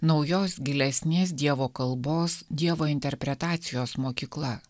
naujos gilesnės dievo kalbos dievo interpretacijos mokykla